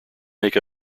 make